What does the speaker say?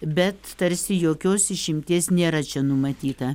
bet tarsi jokios išimties nėra čia numatyta